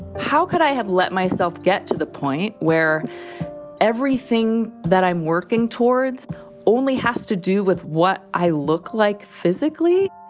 how could i have let myself get to the point where everything that i'm working towards only has to do with what i look like physically?